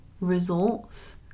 results